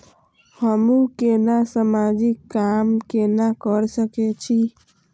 हमू केना समाजिक काम केना कर सके छी?